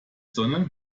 sonne